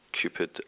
Cupid